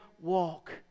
walk